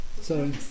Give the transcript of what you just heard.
Sorry